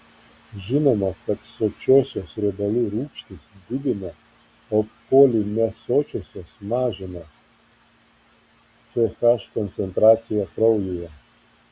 žinoma kad sočiosios riebalų rūgštys didina o polinesočiosios mažina ch koncentraciją kraujyje